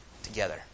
together